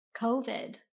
COVID